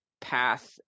path